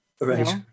Right